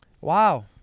Wow